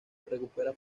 recupera